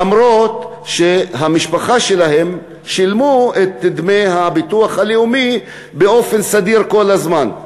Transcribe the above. למרות שהמשפחה שלהם שילמה את דמי הביטוח הלאומי באופן סדיר כל הזמן.